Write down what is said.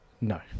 No